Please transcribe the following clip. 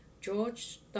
George